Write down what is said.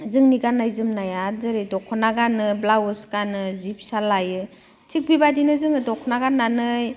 जोंनि गाननाय जोमनाया जेरै दख'ना गानो ब्लाउस गानो जि फिसा लायो थिग बेबादिनो जोङो दख'ना गाननानै